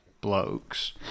blokes